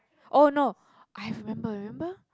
oh no I've remember remember